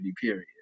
period